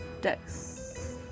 Dex